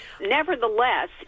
nevertheless